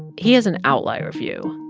he has an outlier view.